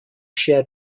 shared